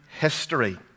history